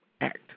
act